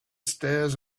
stairs